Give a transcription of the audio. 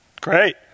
Great